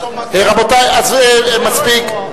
רבותי, מספיק.